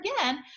again